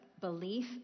belief